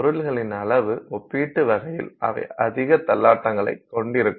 பொருள்களின் அளவு ஒப்பீட்டு வகையில் அவை அதிக தள்ளாட்டங்களைக் கொண்டிருக்கும்